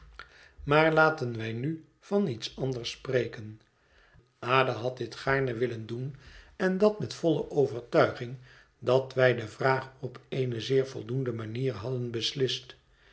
maar laten wij nu van iets anders spreken ada had dit gaarne willen doen en dat met volle overtuiging dat wij de vraag op eene zeer voldoende manier hadden beslist